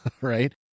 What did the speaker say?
right